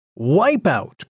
Wipeout